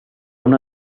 una